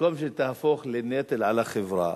במקום שתהפוך לנטל על החברה,